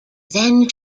then